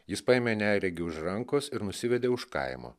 jis paėmė neregį už rankos ir nusivedė už kaimo